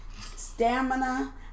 stamina